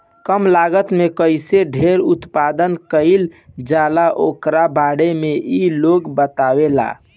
कम लागत में कईसे ढेर उत्पादन कईल जाला ओकरा बारे में इ लोग बतावेला